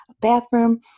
bathroom